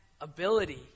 ability